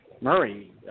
Murray